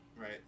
right